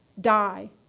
Die